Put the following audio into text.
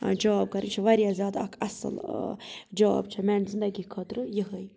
job کرٕنۍ یہِ چھُ واریاہ زیادٕ اکھ اصٕل جاب چھ میانہِ زِنٛدگی خاطرٕ یِہے